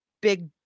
big